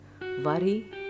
worry